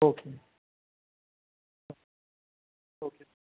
okay okay